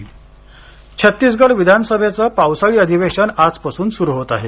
छत्तीसगड अधिवेशन छत्तीसगड विधानसभेचं पावसाळी अधिवेशन आजपासून सुरू होत आहे